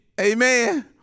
Amen